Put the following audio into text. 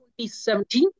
2017